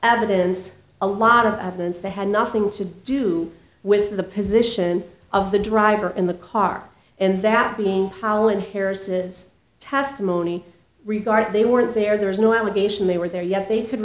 evidence a lot of evidence they had nothing to do with the position of the driver in the car and that being how in harris's testimony regard they weren't there there was no allegation they were there yet they could